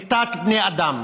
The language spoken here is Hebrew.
כתת-בני-אדם.